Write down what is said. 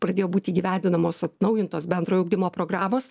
pradėjo būt įgyvendinamos atnaujintos bendrojo ugdymo programos